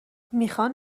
میخوان